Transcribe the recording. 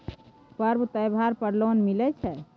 पर्व त्योहार पर लोन मिले छै?